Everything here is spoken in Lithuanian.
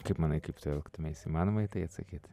kaip manai kaip tu elgtumeis įmanoma į tai atsakyt